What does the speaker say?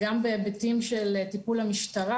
גם בהיבטים של טיפול המשטרה,